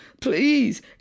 Please